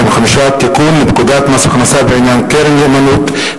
היום על שולחן הכנסת החלטת ועדת הכספים לפי סעיף 121 לתקנון הכנסת בדבר